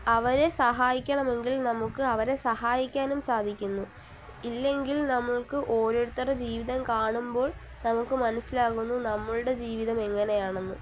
അവരെ സഹായിക്കണമെങ്കിൽ നമുക്ക് അവരെ സഹായിക്കാനും സാധിക്കുന്നു ഇല്ലെങ്കിൽ നമ്മൾക്ക് ഓരോരുത്തരുടെ ജീവിതം കാണുമ്പോൾ നമുക്ക് മനസ്സിലാകുന്നു നമ്മളുടെ ജീവിതം എങ്ങനെയാണെന്ന്